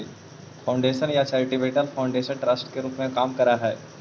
foundation या charitable foundation trust के रूप में काम करऽ हई